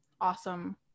awesome